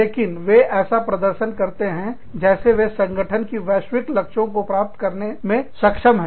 लेकिन वे ऐसा प्रदर्शन करते हैं जैसे वे संगठन की वैश्विक लक्ष्यों को प्राप्त करने में सक्षम हैं